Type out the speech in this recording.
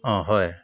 অঁ হয়